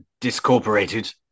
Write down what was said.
discorporated